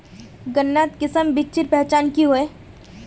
गन्नात किसम बिच्चिर पहचान की होय?